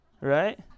right